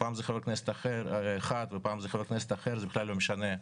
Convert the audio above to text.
פעם זה חבר כנסת כזה, ופעם אחר, זה כלל לא משנה.